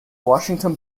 washington